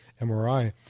MRI